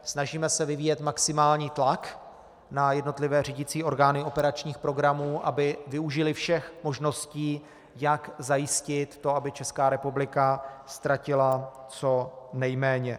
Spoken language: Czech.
Snažíme se vyvíjet maximální tlak na jednotlivé řídicí orgány operačních programů, aby využily všech možností, jak zajistit to, aby Česká republika ztratila co nejméně.